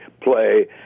play